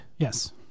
Yes